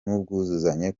n’ubwuzuzanye